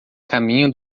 caminho